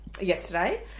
Yesterday